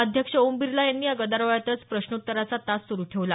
अध्यक्ष ओम बिर्ला यांनी या गदारोळातच प्रश्नोत्तराचा तास सुरू ठेवला